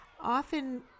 Often